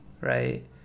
Right